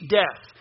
death